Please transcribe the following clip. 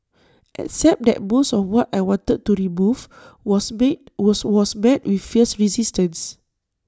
except that most of what I wanted to remove was meet was was met with fierce resistance